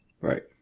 right